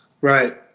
Right